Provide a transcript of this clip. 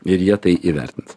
ir jie tai įvertins